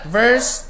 verse